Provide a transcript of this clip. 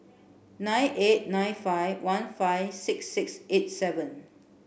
nine eight nine five one five six six eight seven